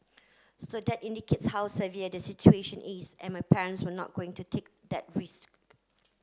so that indicates how severe the situation is and my parents were not going to take that risk